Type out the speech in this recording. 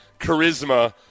charisma